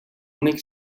únic